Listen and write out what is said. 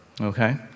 okay